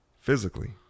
Physically